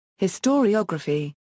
historiography